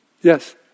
Yes